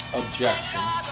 objections